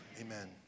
amen